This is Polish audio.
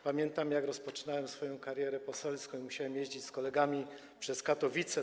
Pamiętam, jak rozpoczynałem swoją karierę poselską i musiałem jeździć z kolegami przez Katowice.